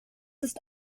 ist